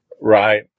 Right